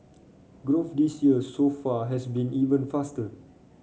growth this year so far has been even faster